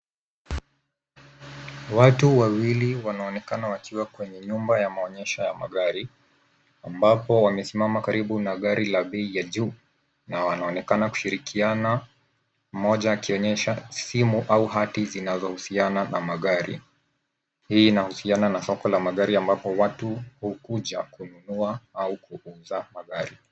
Watu wawili wanaonekana wakiwa kwenye nyumba ya maonyesho ya magari ambapo wamesimama karibu na gari la bei ya juu na wanaonekana kushirikiana moja akionyesha simu au hati zinazohusiana na magari. Hii inahusiana na soko la magari ambapo watu hukuja kununua au kuuza magari.